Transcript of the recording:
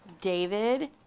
David